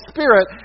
Spirit